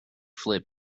flip